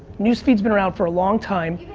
news feeds been around for a long time.